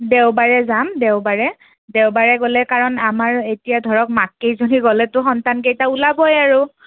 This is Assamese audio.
দেওবাৰে যাম দেওবাৰে দেওবাৰে গ'লে কাৰণ আমাৰ এতিয়া ধৰক মাককেইজনী গ'লেতো সন্তানকেইটা ওলাবই আৰু